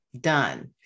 done